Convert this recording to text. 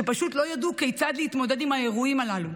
שפשוט לא ידעו כיצד להתמודד עם האירועים הללו.